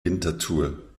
winterthur